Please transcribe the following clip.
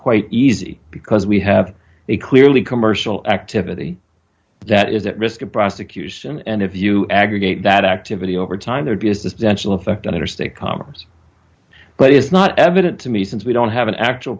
quite easy because we have a clearly commercial activity that is at risk of prosecution and if you aggregate that activity over time there'd be a substantial effect on interstate commerce but it's not evident to me since we don't have an actual